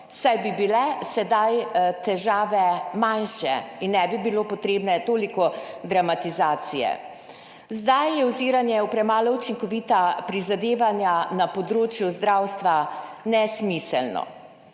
– 14.45** (nadaljevanje) ne bi bilo potrebne toliko dramatizacije. Zdaj je oziranje v premalo učinkovita prizadevanja na področju zdravstva nesmiselno.